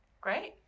Great